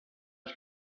his